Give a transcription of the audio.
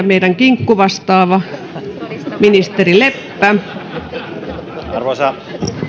meidän kinkkuvastaava ministeri leppä arvoisa